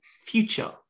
future